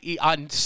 on